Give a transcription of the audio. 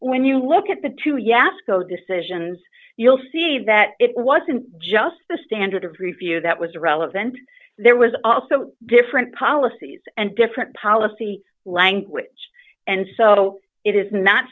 when you look at the two yes go decisions you'll see that it wasn't just the standard of review that was relevant there was also different policies and different policy language and so it is not